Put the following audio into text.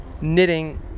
knitting